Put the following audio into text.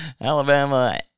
Alabama